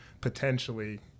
potentially